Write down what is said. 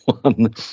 one